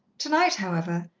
tonight, however,